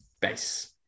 base